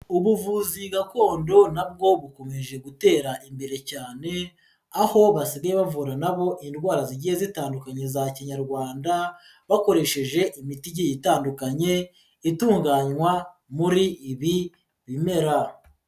Ubuvuzi gakondo na bwo bukomeje gutera imbere cyane, aho basigaye bavura nabo indwara zigiye zitandukanyekanya za kinyarwanda, bakoresheje imiti itandukanye, itunganywa muri ibi bimera.